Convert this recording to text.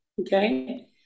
okay